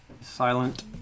Silent